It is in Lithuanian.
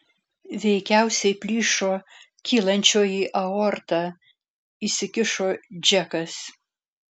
veikiausiai plyšo kylančioji aorta įsikišo džekas